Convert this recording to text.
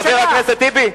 חבר הכנסת טיבי.